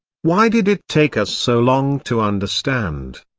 why did it take us so long to understand?